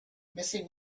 missing